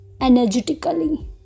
energetically